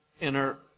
inner